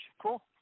Cool